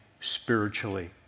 spiritually